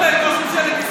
אמרת שנייה, ואני יוצא.